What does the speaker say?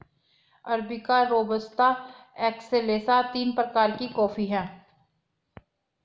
arabica robusta excelsa तीन प्रकार के कॉफी हैं